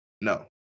no